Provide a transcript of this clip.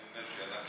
אני אומר שאנחנו